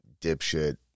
dipshit